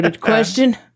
question